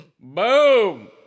Boom